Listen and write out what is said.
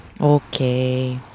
Okay